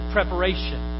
Preparation